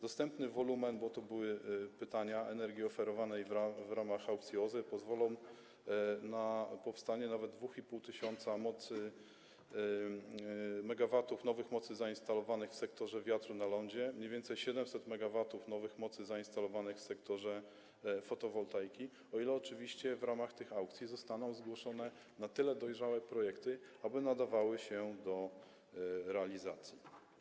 Dostępny wolumen - tego też dotyczyły pytania - energii oferowanej w ramach aukcji OZE pozwoli na powstanie nawet 2,5 tys. MW nowych mocy zainstalowanych w sektorze wiatrowym na lądzie i mniej więcej 700 MW nowych mocy zainstalowanych w sektorze fotowoltaiki, o ile oczywiście w ramach tych aukcji zostaną zgłoszone na tyle dojrzałe projekty, aby nadawały się do realizacji.